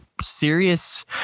serious